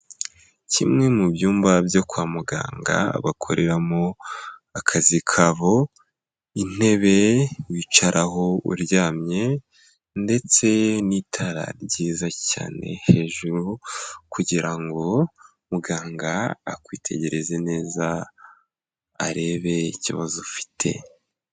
Kimwe mu byumba byo kwa muganga bakoreramo akazi kabo, intebe wicaraho uryamye ndetse n'itara ryiza cyane hejuru kugira ngo muganga akwitegereze neza arebe ikibazo ufite.